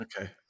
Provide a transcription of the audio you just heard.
okay